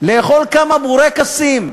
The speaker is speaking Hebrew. לאכול כמה בורקסים.